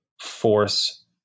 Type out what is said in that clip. force